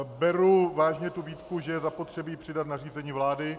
Beru vážně výtku, že je zapotřebí přidat nařízení vlády.